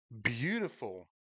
beautiful